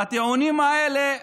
והטיעונים האלה,